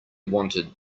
wanted